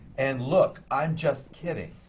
and look! i'm just kidding.